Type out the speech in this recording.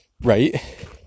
Right